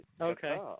Okay